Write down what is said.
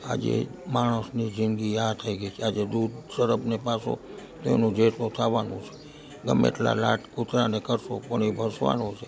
આજે માણસની જિંદગી આ થઈ ગઈ છે આજે દૂધ સર્પને પાસો તો એનું ઝેર તો થવાનું છે ગમે એટલાં લાડ કૂતરાને કરશો પણ એ ભસવાનું છે